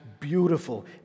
beautiful